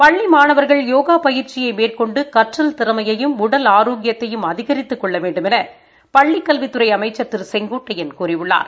பள்ளி மாணவர்கள் யோகா பயிற்சி மேற்கொண்டு கற்றல் திறமையையும் உடல் ஆரோக்கியத்தையும் அதிகித்துக் கொள்ள வேண்டுமென பள்ளிக் கல்வித்துறை அமைச்ச் திரு செங்கோட்டையன் கூறியுள்ளார்